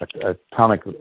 atomic